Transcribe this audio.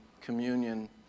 communion